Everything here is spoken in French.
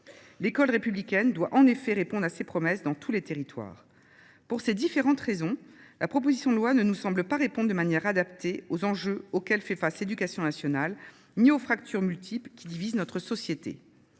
L’école républicaine doit en effet honorer ses promesses dans tous les territoires. Pour ces différentes raisons, la présente proposition de loi ne nous semble pas répondre de manière adaptée aux enjeux auxquels fait face l’éducation nationale ni aux fractures multiples qui divisent notre société.